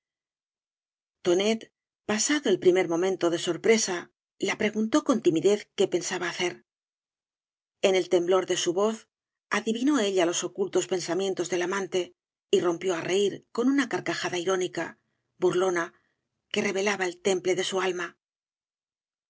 enemigos tonet pasado el primer momento de sorpresa ia preguntó con timidez qué pensaba hacer en ei temblor de su voz adivinó ella los ocultos pensamientos del amante y rompió á reir con una carcajada irónica burlona que revelaba el tem pie de bu alma